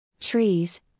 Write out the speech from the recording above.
Trees